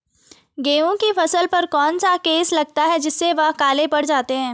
गेहूँ की फसल पर कौन सा केस लगता है जिससे वह काले पड़ जाते हैं?